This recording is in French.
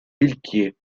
villequier